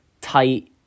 tight